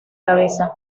cabeza